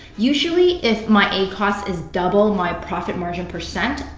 usually if my acos is double my profit margin percent,